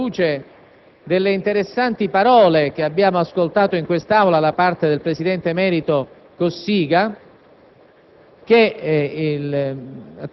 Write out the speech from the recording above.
È proprio per questo, anche alla luce delle interessanti parole che abbiamo ascoltato in quest'Aula da parte del presidente emerito Cossiga,